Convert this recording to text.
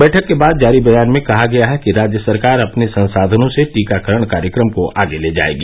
बैठक के बाद जारी बयान में कहा गया है कि राज्य सरकार अपने संसाधनों से टीकाकरण कार्यक्रम को आगे ले जाएगी